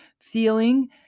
feeling